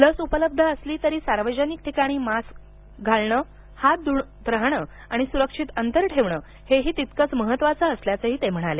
लस उपलब्ध असली तरी सार्वजनिक ठिकाणी मास्क घालणे हात धूत राहणे आणि सुरक्षित अंतर ठेवणे हे तितकेच महत्वाचे असल्याचं ते म्हणाले